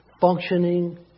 functioning